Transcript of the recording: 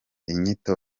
inyito